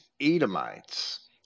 Edomites